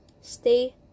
stay